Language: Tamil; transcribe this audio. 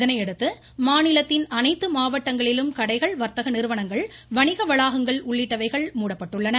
இதனையடுத்து மாநிலத்தின் அனைத்து மாவட்டங்களிலும் கடைகள் வர்த்தக நிறுவனங்கள் வணிக வளாகங்கள் உள்ளிட்டவைகள் மூடப்பட்டுள்ளன